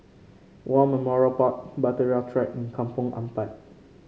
War Memorial Park Bahtera Track and Kampong Ampat